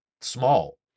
small